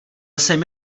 jsem